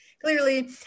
clearly